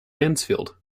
mansfield